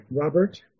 Robert